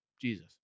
Jesus